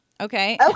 Okay